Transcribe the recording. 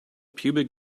pubic